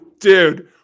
Dude